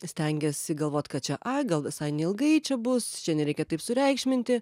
stengiesi galvot kad čia ai gal visai neilgai čia bus čia nereikia taip sureikšminti